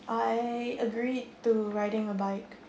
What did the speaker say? I agreed to riding a bike